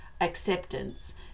acceptance